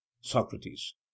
Socrates